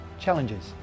Challenges